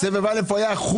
בסבב א' הוא היה אחוז.